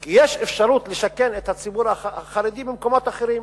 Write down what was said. כי יש אפשרות לשכן את הציבור החרדי במקומות אחרים